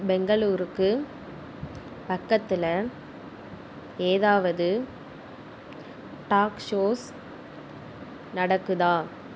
பெங்களூருக்குப் பக்கத்தில் ஏதாவது talk shows நடக்குதா